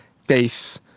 face